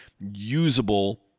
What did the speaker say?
usable